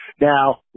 Now